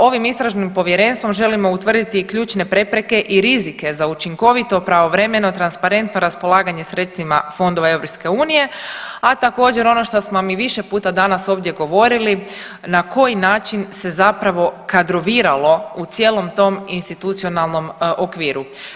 Ovim istražnim povjerenstvom želimo utvrditi i ključne prepreke i rizike za učinkovito, pravovremeno, transparentno raspolaganje sredstvima fondova EU, a također ono što smo mi više puta danas ovdje govorili na koji način se zapravo kadroviralo u cijelom tom institucionalnom okviru.